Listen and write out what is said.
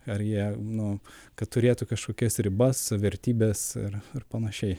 ar jie nu kad turėtų kažkokias ribas vertybes ir ir panašiai